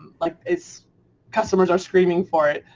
like its customers are screaming for it.